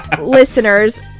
Listeners